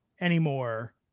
anymore